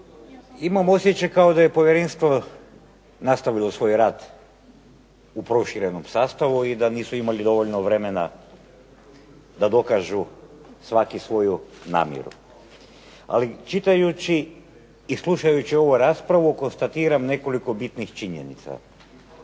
Imam osjećaj kao da je povjerenstvo nastavilo svoj rad u proširenom sastavu i da nisu imali dovoljno vremena da dokažu svaki svoju namjeru. Ali, čitajući i slušajući ovu raspravu konstatiram nekoliko bitnih činjenica.